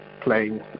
playing